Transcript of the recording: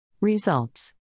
Results